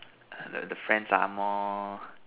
the the friends are more